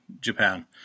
Japan